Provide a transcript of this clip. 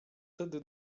tedy